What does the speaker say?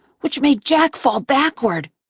which made jack fall backward.